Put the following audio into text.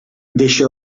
deixa